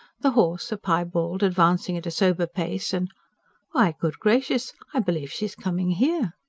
the horse, a piebald, advanced at a sober pace, and why, good gracious! i believe she's coming here.